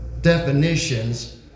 definitions